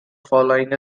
following